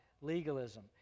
legalism